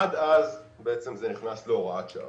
עד אז זה נכנס להוראת שעה.